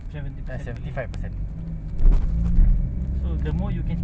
tak kira you dengan kau you bagi dia singlish jer